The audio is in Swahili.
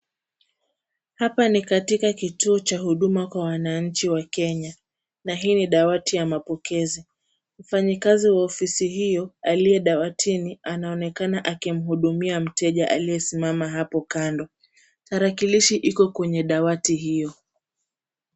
Hapa ni katika kituo cha huduma kwa wananchi wa Kenya na hii ni dawati ya mapokezi. Mfanyikazi wa ofisi hiyo aliye dawatini anaonekana akimhudumia mteja aliyesimama hapo kando. Tarakirishi iko kwenye dawati hiyo.